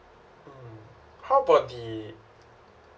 um how about the